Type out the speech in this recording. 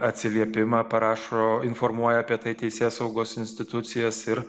atsiliepimą parašo informuoja apie tai teisėsaugos institucijas ir